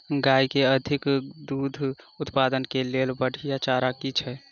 गाय केँ अधिक दुग्ध उत्पादन केँ लेल बढ़िया चारा की अछि?